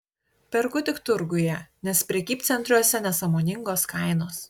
perku tik turguje nes prekybcentriuose nesąmoningos kainos